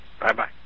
Bye-bye